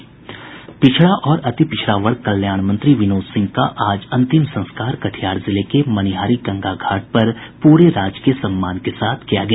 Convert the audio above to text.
पिछड़ा और अति पिछड़ा वर्ग कल्याण मंत्री विनोद सिंह का अंतिम संस्कार कटिहार जिले के मनिहारी गंगा घाट पर राजकीय सम्मान के साथ किया गया